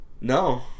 no